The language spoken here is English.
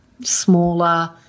smaller